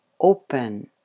open